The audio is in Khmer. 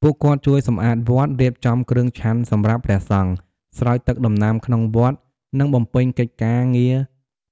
ពួកគាត់ជួយសំអាតវត្ត រៀបចំគ្រឿងឆាន់សម្រាប់ព្រះសង្ឃ ស្រោចទឹកដំណាំក្នុងវត្ត និងបំពេញកិច្ចការងារ